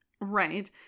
Right